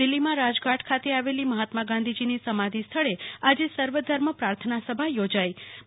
દિલ્ફીમાં રાજઘાટ ખાતે આવેલી મહાત્મા ગાંધીજીની સમાધી સ્થળે આજે સવારે સર્વધર્મ પ્રાર્થના સભા યોજાઈ ગઈ